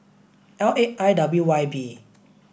L eight I W Y B